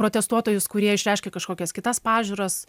protestuotojus kurie išreiškia kažkokias kitas pažiūras